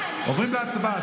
עוברים להצבעה.